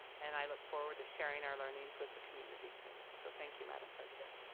and i look forward to sharing our learnings with the community soon. so thank you madam president.